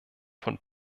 von